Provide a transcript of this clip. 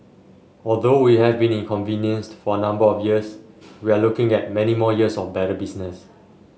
although we have been inconvenienced for a number of years we are looking at many more years of better business